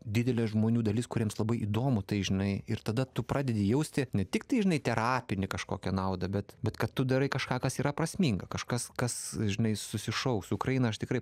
didelė žmonių dalis kuriems labai įdomu tai žinai ir tada tu pradedi jausti ne tik tai žinai terapinį kažkokią naudą bet bet kad tu darai kažką kas yra prasminga kažkas kas žinai susišauks su ukraina aš tikrai